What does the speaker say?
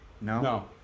No